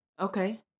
Okay